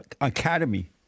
academy